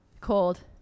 Cold